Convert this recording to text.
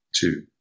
two